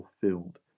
fulfilled